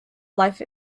life